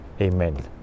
Amen